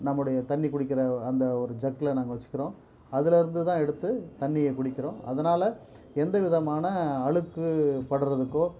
நம்முடைய தண்ணி குடிக்கிற அந்த ஒரு ஜக்கில் நாங்கள் வச்சுக்குறோம் அதுலிருந்துதான் எடுத்து தண்ணியை குடிக்கிறோம் அதனால் எந்த விதமான அழுக்குப்படறதுக்கோ